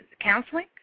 counseling